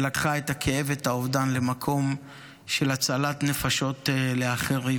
שלקחה את הכאב והאובדן למקום של הצלת נפשות של אחרים.